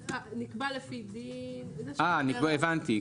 "נקבעו לפי דין אחר..." אה, הבנתי.